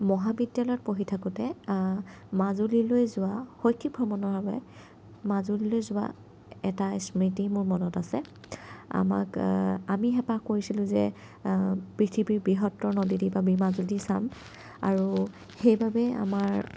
মহাবিদ্যালয়ত পঢ়ি থাকোঁতে মাজুলীলৈ যোৱা শৈক্ষিক ভ্ৰমণৰ বাবে মাজুলীলৈ যোৱা এটা স্মৃতি মোৰ মনত আছে আমাক আমি হেঁপাহ কৰিছিলোঁ যে পৃথিৱীৰ বৃহত্তৰ নদীদ্বীপ আমি মাজুলী চাম আৰু সেইবাবে আমাৰ